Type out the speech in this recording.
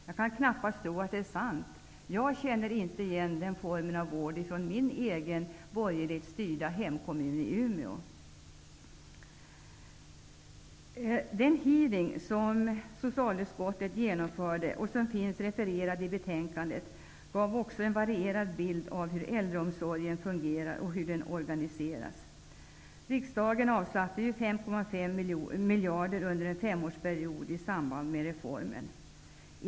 Jag kan knappast tro att det är sant. Jag känner inte igen den formen av vård från min egen borgerligt styrda hemkommun i Umeå. Den hearing som socialutskottet genomförde och som finns refererad i betänkandet gav också en varierad bild av hur äldreomsorgen fungerar och hur den organiseras. Riksdagen avsatte ju 5,5 miljarder kronor under en femårsperiod i samband med reformen.